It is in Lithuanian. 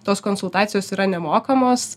tos konsultacijos yra nemokamos